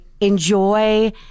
enjoy